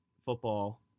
football